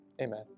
amen